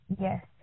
Yes